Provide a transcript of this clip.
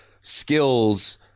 skills